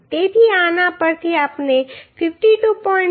તેથી આના પરથી આપણે 52